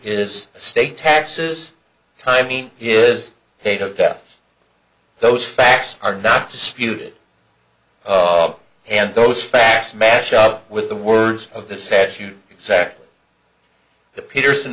is state taxes timing is date of death those facts are not disputed and those facts match up with the words of the statute sec the peterson